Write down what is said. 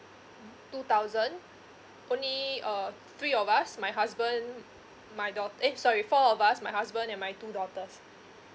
two thousand only uh three of us my husband my daugh~ eh sorry four of us my husband and my two daughters